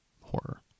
horror